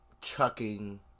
chucking